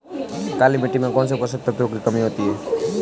काली मिट्टी में कौनसे पोषक तत्वों की कमी होती है?